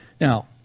Now